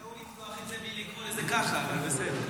--- לפתוח את זה בלי לקרוא לזה ככה, אבל בסדר.